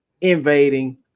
invading